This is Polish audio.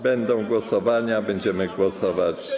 Będą głosowania, będziemy głosować.